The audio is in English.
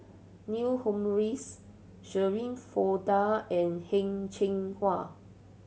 Neil Humphreys Shirin Fozdar and Heng Cheng Hwa